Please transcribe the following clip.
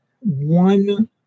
one